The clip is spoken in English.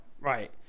Right